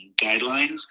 guidelines